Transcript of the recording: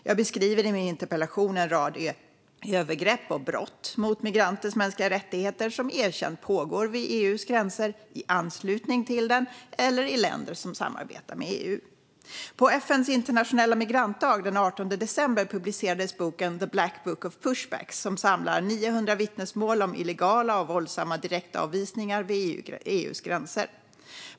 Jag beskriver i min interpellation en rad övergrepp och brott mot migranters mänskliga rättigheter som erkänt pågår vid EU:s yttre gräns, i anslutning till den eller i länder som samarbetar med EU. På FN:s internationella migrantdag den 18 december publicerades boken The Black Book of Pushbacks , som samlar 900 vittnesmål om illegala och våldsamma direktavvisningar vid EU:s gräns.